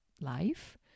life